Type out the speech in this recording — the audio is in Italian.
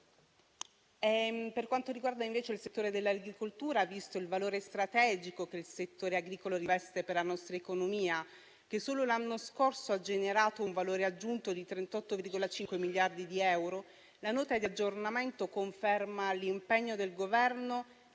Per quanto riguarda invece il comparto dell'agricoltura, visto il valore strategico che il settore agricolo riveste per la nostra economia, che solo l'anno scorso ha generato un valore aggiunto di 38,5 miliardi di euro, la Nota di aggiornamento conferma l'impegno del Governo